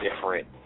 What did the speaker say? different